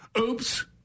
Oops